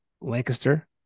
lancaster